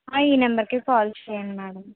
ఈ నెంబర్కే కాల్ చేయండి మేడం